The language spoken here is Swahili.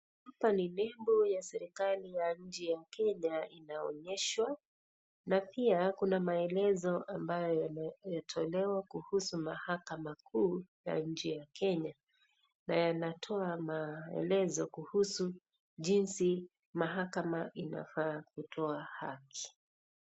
Hapa ni nembo ya serikali ya nchi Kenya inaonyeshwa na pia kuna maelezo ambayo yanatolewa kuhusu mahakama kuu ya nchi ya Kenya na yanatoa maelezo kuhusu jinsi mahakama inafaa kutoa haki.